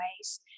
ways